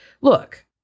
look